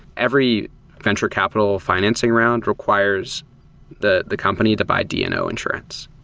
every venture capital financing round requires the the company to buy dno insurance